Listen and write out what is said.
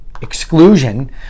exclusion